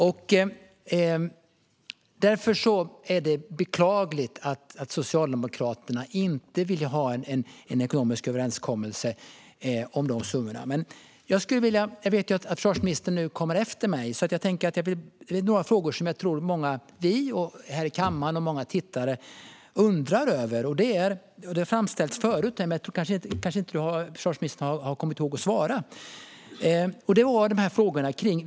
Det är därför beklagligt att Socialdemokraterna inte vill ha någon ekonomisk överenskommelse om de summorna. Jag vet att försvarsministern kommer efter mig, så jag skulle vilja ställa några frågor som jag tror att många av oss här i kammaren och många tittare undrar över. De har framförts förut, men då kanske inte försvarsministern har kommit ihåg att svara.